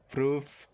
Proofs